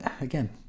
again